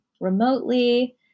remotely